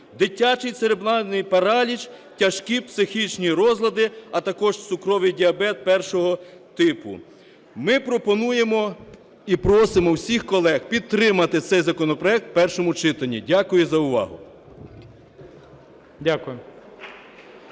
дитячий церебральний параліч, тяжкі психічні розлади, а також цукровий діабет 1 типу. Ми пропонуємо і просимо всіх колег підтримати цей законопроект в першому читанні. Дякую за увагу.